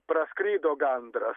praskrido gandras